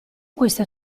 questa